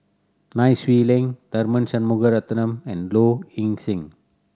Nai Swee Leng Tharman Shanmugaratnam and Low Ing Sing